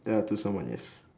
ya to someone yes